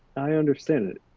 i understand it.